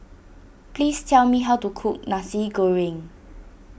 please tell me how to cook Nasi Goreng